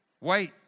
Wait